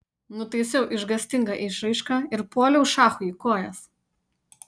nutaisiau išgąstingą išraišką ir puoliau šachui į kojas